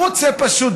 הוא רוצה פשוט,